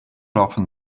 often